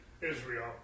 Israel